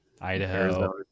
Idaho